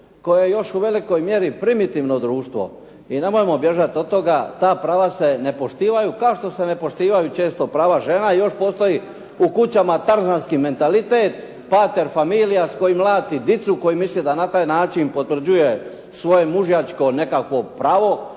koje je još u velikoj mjeri primitivno društvo, i nemojmo bježati od toga, ta prava se ne poštivaju, kao što se ne poštivaju često prava žena i još postoji u kućama "Tarzanski mentalitet", pater familias koji mlati djecu, koji misli da na taj način potvrđuje svoje mužjačko nekakvo pravo